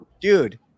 Dude